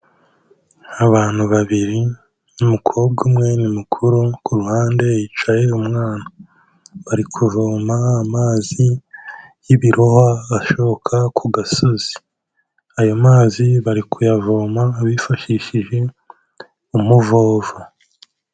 Abantu babiri n'umukobwa umwe ni mukuru, ku ruhande hicaye umwana, bari kuvoma amazi y'ibirohwa ashoka ku gasozi, ayo mazi bari kuyavoma bifashishije umuvovo.